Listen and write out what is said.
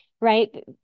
right